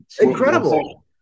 Incredible